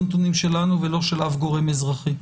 לא נתונים שלנו ולא של אף גורם אזרחי.